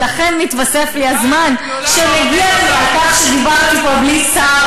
ולכן מתווסף לי הזמן שמגיע לי על כך שדיברתי פה בלי שר.